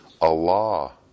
Allah